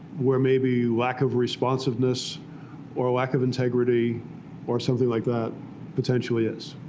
where maybe lack of responsiveness or lack of integrity or something like that potentially is.